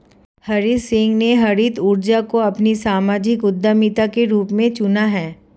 हरीश शिंदे ने हरित ऊर्जा को अपनी सामाजिक उद्यमिता के रूप में चुना है